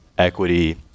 equity